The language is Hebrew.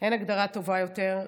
אין הגדרה טובה יותר.